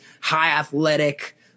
high-athletic